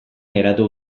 geratu